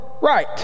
right